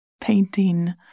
painting